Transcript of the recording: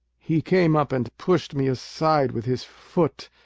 he came up and pushed me aside with his foot,